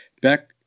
Beck